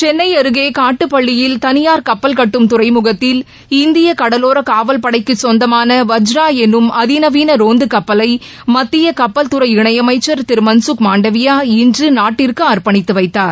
சென்னைஅருகேனட்டுப்பள்ளியில் தனியார் கப்பல் கட்டும் துறைமுகத்தில் இந்தியகடலோரக் காவல்படைக்குசொந்தமான வஜ்ரா எனும் அதிநவீனரோந்துகப்பலைமத்தியகப்பல்தறை இணைஅமைச்சர் திருமன்சுக் மாண்டவியா இன்றுநாட்டிற்குஅர்ப்பணித்துவைத்தார்